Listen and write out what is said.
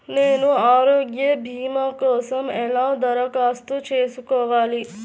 నేను ఆరోగ్య భీమా కోసం ఎలా దరఖాస్తు చేసుకోవాలి?